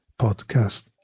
podcast